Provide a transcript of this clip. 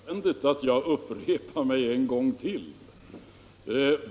Herr talman! Skall det vara nödvändigt att jag upprepar mig en gång AB Pripps Bryggeritill!